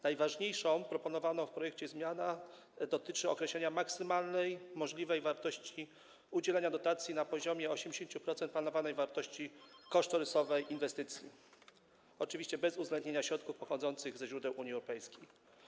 Najważniejsza proponowana w projekcie zmiana dotyczy określenia maksymalnej możliwej wartości udzielenia dotacji na poziomie 80% planowanej wartości kosztorysowej inwestycji, oczywiście bez uwzględnienia środków pochodzących ze źródeł Unii Europejskiej.